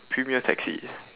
premier taxi